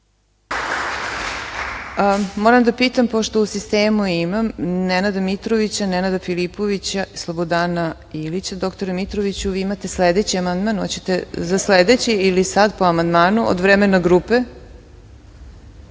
Moram da pitam pošto u sistemu imam Nenada Mitrovića, Nenada Filipovića i Slobodana Ilića. Dr Mitroviću vi imate sledeći amandman. Hoćete za sledeći ili sad po amandmanu od vremena grupe?